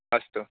अस्तु